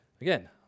Again